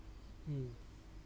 mm